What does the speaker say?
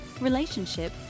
relationship